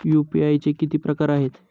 UPI चे किती प्रकार आहेत?